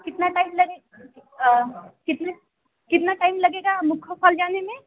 कितना टाइम लगे कितना कितना टाइम लगेगा मुक्खा फॉल जाने में